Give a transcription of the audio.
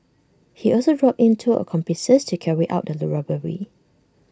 he also roped in two accomplices to carry out the robbery